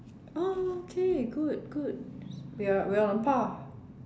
oh okay good good we're on par